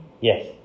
Yes